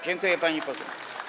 Dziękuję, pani poseł.